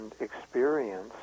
experience